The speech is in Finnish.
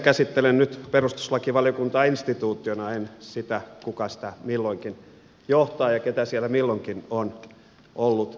käsittelen nyt perustuslakivaliokuntaa instituutiona en sitä kuka sitä milloinkin johtaa ja kuka siellä milloinkin on ollut puheenjohtajana